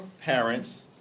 parents